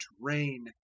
rain